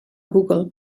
google